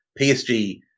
PSG